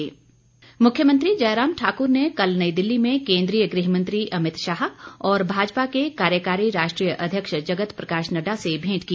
मुख्यमंत्री मुख्यमंत्री जयराम ठाकुर ने कल नई दिल्ली में गृह मंत्री अमित शाह और भाजपा के कार्यकारी राष्ट्रीय अध्यक्ष जगत प्रकाश नड्डा से भेंट की